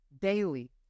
daily